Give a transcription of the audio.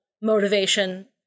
motivation